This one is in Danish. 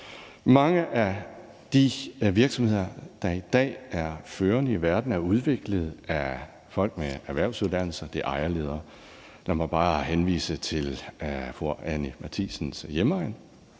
Mange af de virksomheder, der i dag er førende i verden er udviklet af folk med erhvervsuddannelser, det er ejerledere. Lad mig bare henvise til fru Anni Matthiesens hjemegn